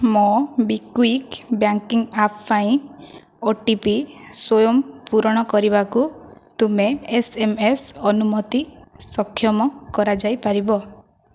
MobiKwik banking app ପାଇଁ O T P ସ୍ଵୟଂ ପୂରଣ କରିବାକୁ ତୁମେ ଏସ୍ ଏମ୍ ଏସ୍ ଅନୁମତି ସକ୍ଷମ କରାଯାଇପାରିବ